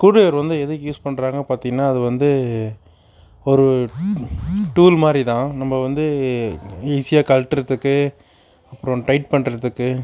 screw driver வந்து எதுக்கு use பண்றாங்க பார்த்திங்கனா அது வந்து ஒரு டூல் மாதிரிதான் நம்ம வந்து ஈஸியாக கழட்டுறதுக்கு அப்பறம் டைட் பண்றதுக்கு